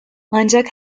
ancak